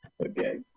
Okay